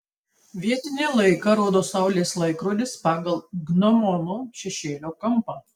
vietinį laiką rodo saulės laikrodis pagal gnomono šešėlio kampą